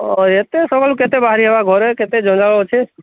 ଅ ଏତେ ସକାଳୁ କେତେ ବାହାରିବା ଘରେ କେତେୋ ଜଞ୍ଜାଳ ଅଛି